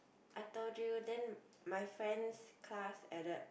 I told you then my friends class added